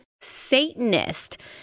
Satanist